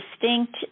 distinct